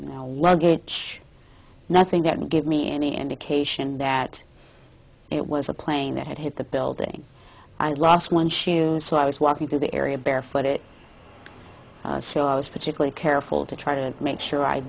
now luggage nothing that would give me any indication that it was a plane that had hit the building i lost one shoe so i was walking through the area barefoot it so i was particularly careful to try to make sure i